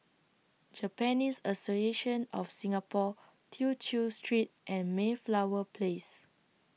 Japanese Association of Singapore Tew Chew Street and Mayflower Place